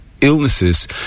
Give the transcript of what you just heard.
illnesses